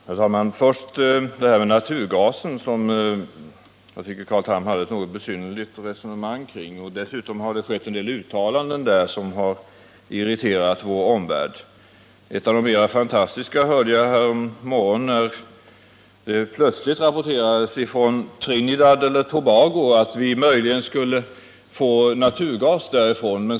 Herr talman! Först det här med naturgasen: Jag tycker att Carl Tham förde ett något besynnerligt resonemang kring detta. Dessutom har det gjorts en del uttalanden som irriterat vår omvärld. Ett av de mer fantastiska hörde jag härommorgonen när det plötsligt rapporterades ifrån Trinidad eller Tobago att vi möjligen skulle få naturgas därifrån.